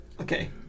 okay